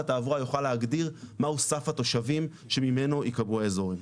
התעבורה יוכל להגדיר מה הוא סף התושבים שממנו יקבעו האזורים.